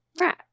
Right